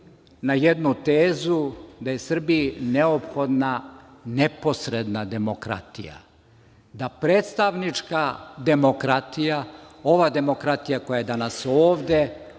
na jednu tezu, da je Srbiji neophodna neposredna demokratija, da predstavnička demokratija, ova demokratija koja je danas ovde,